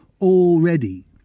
already